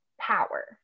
power